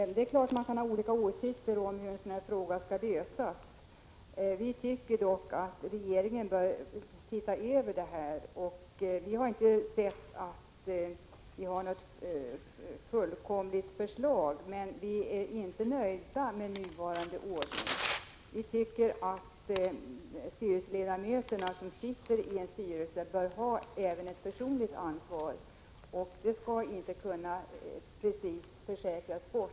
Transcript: Man kan givetvis ha olika åsikter om hur en sådan fråga skall lösas, och vi tycker att regeringen bör se över den frågan. Vi har inte sagt att vi har något fullkomligt förslag, men vi är inte nöjda med nuvarande ordning. Ledamöterna i en styrelse bör ha ett personligt ansvar, och det skall inte kunna försäkras bort.